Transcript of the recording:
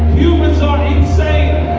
humans are insane